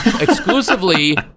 exclusively